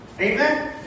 Amen